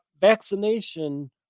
vaccination